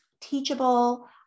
Teachable